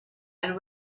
and